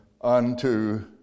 unto